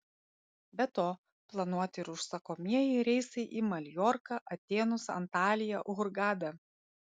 be to planuoti ir užsakomieji reisai į į maljorką atėnus antaliją hurgadą